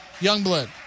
Youngblood